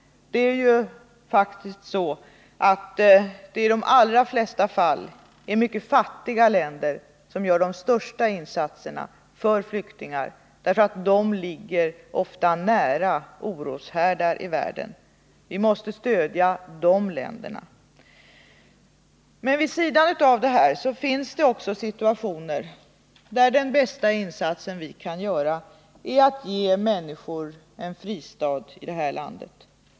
Det är faktiskt så att det i de allra flesta fall är mycket fattiga länder som gör de största insatserna för flyktingar därför att de ofta ligger nära oroshärdar i världen. Vi måste stödja de länderna. Men vid sidan om detta finns det också situationer där den bästa insats som vi kan göra är att ge människor en fristad i vårt land.